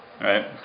right